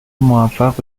موفق